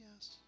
yes